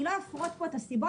אני לא אפרוט פה את הסיבות,